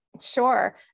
Sure